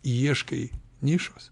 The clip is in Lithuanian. ieškai nišos